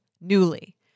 Newly